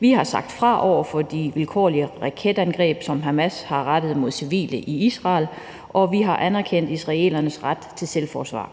Vi har sagt fra over for de vilkårlige raketangreb, som Hamas har rettet mod civile i Israel, og vi har anerkendt israelernes ret til selvforsvar.